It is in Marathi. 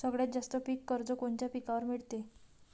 सगळ्यात जास्त पीक कर्ज कोनच्या पिकावर मिळते?